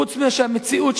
חוץ מאשר המציאות,